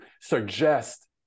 suggest